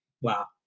Wow